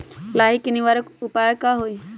लाही के निवारक उपाय का होई?